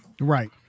right